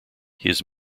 his